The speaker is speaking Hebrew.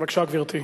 בבקשה, גברתי.